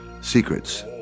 secrets